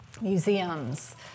museums